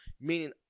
Meaning